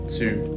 two